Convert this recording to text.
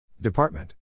Department